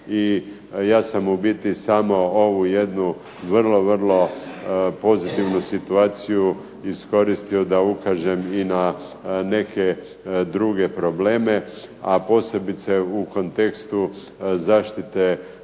ja sam u biti samo ovu jednu vrlo, vrlo pozitivnu situaciju iskoristio da ukažem i na neke druge probleme. A posebice u kontekstu zaštite